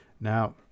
Now